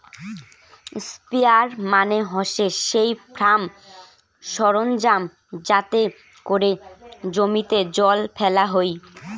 sprayer মানে হসে সেই ফার্ম সরঞ্জাম যাতে করে জমিতে জল ফেলা হই